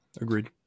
Agreed